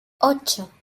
ocho